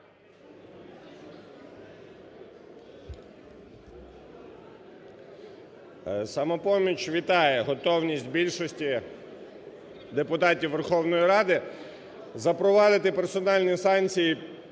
"Самопоміч" вітає готовність більшості депутатів Верховної Ради запровадити персональні санкції